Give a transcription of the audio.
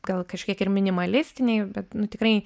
gal kažkiek ir minimalistiniai bet tikrai